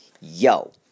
Yo